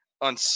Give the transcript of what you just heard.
on